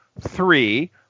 three